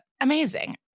Amazing